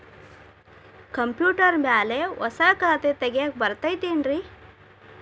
Computer ಮ್ಯಾಲೆ ಹೊಸಾ ಖಾತೆ ತಗ್ಯಾಕ್ ಬರತೈತಿ ಏನ್ರಿ?